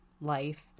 life